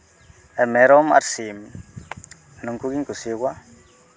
ᱢᱮᱨᱚᱢ ᱟᱨ ᱥᱤᱢ ᱱᱩᱠᱩ ᱜᱤᱧ ᱠᱩᱥᱤᱭᱟᱠᱚᱣᱟ